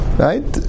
right